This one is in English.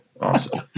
Awesome